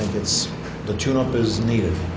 think it's the two numbers ne